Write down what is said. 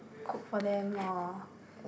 cook for them or